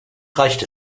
reicht